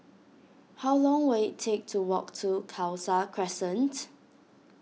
how long will it take to walk to Khalsa Crescent